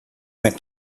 went